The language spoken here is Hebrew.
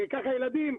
ככה ילדים,